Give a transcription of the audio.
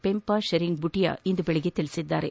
ಪೆಂಪಾ ಶೆರಿಂಗ್ ಬುಟಿಯಾ ಇಂದು ಬೆಳಗ್ಗೆ ತಿಳಿಸಿದ್ದಾರೆ